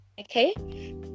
Okay